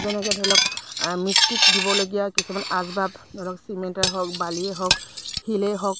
যেনেকৈ ধৰি লওক মিস্ত্ৰীক দিবলগীয়া কিছুমান আচবাব ধৰি লওক চিমেণ্টে হওক বালিয়ে হওক শিলেই হওক